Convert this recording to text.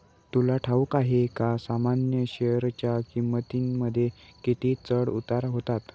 तुला ठाऊक आहे का सामान्य शेअरच्या किमतींमध्ये किती चढ उतार होतात